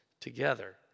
together